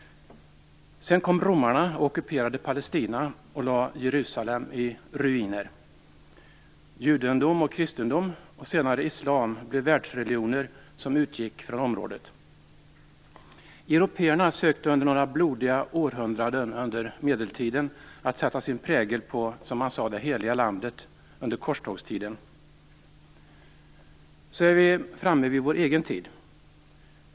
Sedan kom romarna och ockuperade Palestina och lade Jerusalem i ruiner. Judendom, kristendom och senare islam blev världsreligioner som utgick från området. Européerna försökte under några blodiga århundranden under medeltiden att sätta sin prägel på vad man kallade det heliga landet. Det var under korstågstiden. Så är vi framme vid vår egen tid.